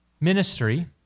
ministry